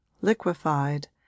liquefied